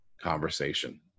conversation